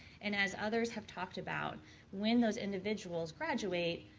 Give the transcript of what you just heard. and as others have talked about when those individuals graduate,